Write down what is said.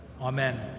Amen